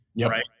right